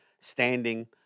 standing